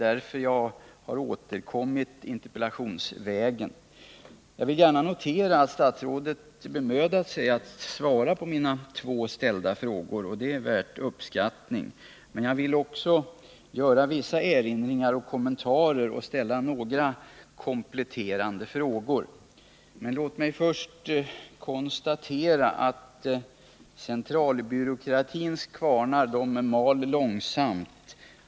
Därför har jag återkommit interpellationsvägen. Jag noterar med glädje att statsrådet har bemödat sig att svara på mina två frågor, det är värt uppskattning. Men jag vill göra vissa erinringar och kommentarer samt ställa några kompletterande frågor. Låt mig först konstatera att centralbyråkratins kvarnar mal långsamt.